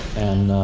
and